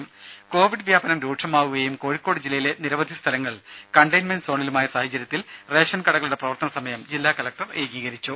രുമ കോവിഡ് വ്യാപനം രൂക്ഷമാവുകയും കോഴിക്കോട് ജില്ലയിലെ നിരവധി സ്ഥലങ്ങൾ കണ്ടെയ്മെന്റ് സോണിലുമായ സാഹചര്യത്തിൽ റേഷൻ കടകളുടെ പ്രവർത്തന സമയം കോഴിക്കോട് ജില്ലാ കലക്ടർ ഏകീകരിച്ചു